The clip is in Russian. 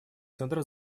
центров